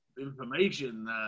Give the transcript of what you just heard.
information